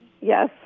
Yes